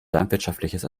landwirtschaftliches